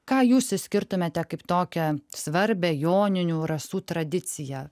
ką jūs išskirtumėte kaip tokią svarbią joninių rasų tradiciją